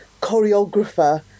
choreographer